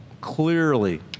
clearly